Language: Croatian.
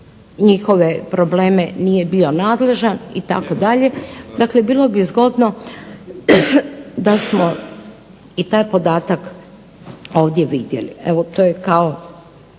njihove probleme nije bio nadležan itd. Dakle, bilo bi zgodno da smo i taj podatak ovdje vidjeli. Evo to je kao